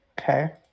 Okay